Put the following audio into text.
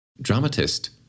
dramatist